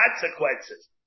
consequences